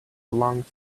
belongs